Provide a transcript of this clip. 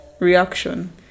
reaction